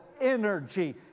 energy